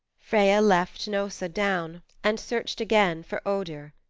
freya left hnossa down and searched again for odur.